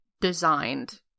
designed